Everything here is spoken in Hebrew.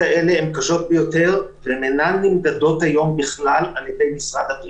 קיבלנו 300,000 מובטלים חדשים,